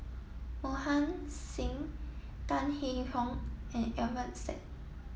Mohan Singh Tan Hwee Hock and Alfian Sa'at